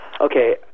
Okay